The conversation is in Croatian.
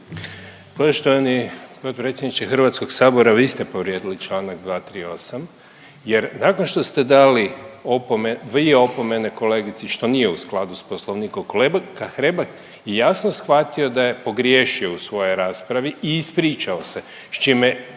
Hrvatskog sabora vi ste povrijedili članak 238. jer nakon što ste dali opomenu, dvije opomene kolegici što nije u skladu sa Poslovnikom kolega Hrebak je jasno shvatio da je pogriješio u svoj raspravi i ispričao se s čime